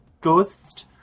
ghost